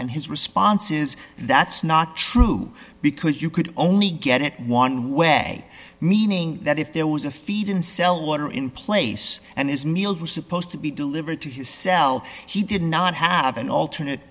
and his response is that's not true because you could only get it one way meaning that if there was a feed in cell water in place and his meals were supposed to be delivered to his cell he did not have an alternate